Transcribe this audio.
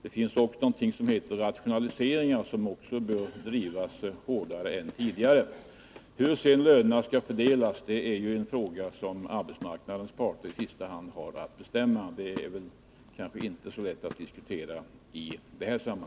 Det handlar även om rationaliseringar, och kravet på sådana bör drivas hårdare än tidigare. Hur lönerna sedan skall fördelas är en fråga som i sista hand skall bestämmas av arbetsmarknadens parter. Det är därför inte så lätt att diskutera den saken i det här sammanhanget.